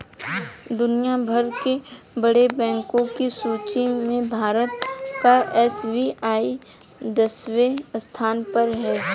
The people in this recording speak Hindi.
दुनिया भर के बड़े बैंको की सूची में भारत का एस.बी.आई दसवें स्थान पर है